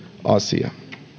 asia